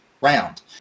round